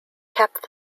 kept